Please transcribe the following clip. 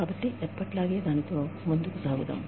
కాబట్టి ఎప్పటిలాగే దానితో ముందుకు సాగుదాం